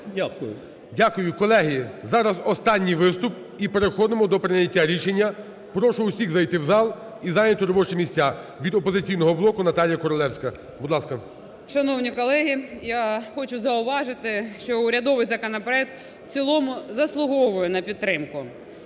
Дякую. Колеги, зараз останній виступ – і переходимо до прийняття рішення. Прошу усіх зайти в зал і зайняти робочі місця. Від "Опозиційного блоку" Наталія Королевська. Будь ласка. 17:16:50 КОРОЛЕВСЬКА Н.Ю. Шановні колеги, я хочу зауважити, що урядовий законопроект в цілому заслуговує на підтримку.